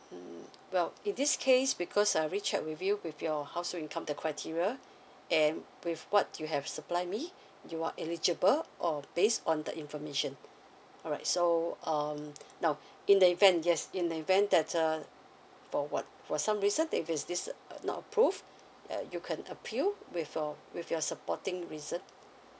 mm well in this case because I re check with you with your household income the criteria and with what you have supply me you are eligible or based on the information alright so um now in the event yes in the event that uh for what for some reasons if it's this not approve err you can appeal with uh your supporting certs.